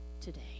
today